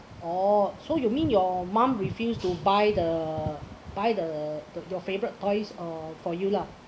oh so you mean your mum refused to buy the buy the your your favourite toys uh for you lah